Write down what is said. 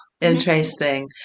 interesting